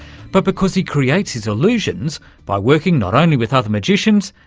but because he creates his illusions by working not only with other magicians,